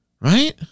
right